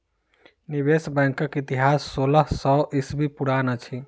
निवेश बैंकक इतिहास सोलह सौ ईस्वी पुरान अछि